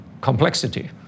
complexity